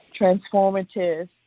transformative